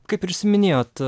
kaip jūs ir minėjot